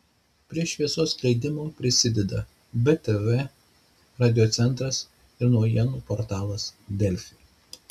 prie šviesos skleidimo prisideda btv radiocentras ir naujienų portalas delfi